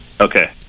Okay